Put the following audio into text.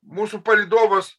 mūsų palydovas